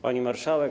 Pani Marszałek!